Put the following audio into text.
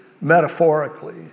metaphorically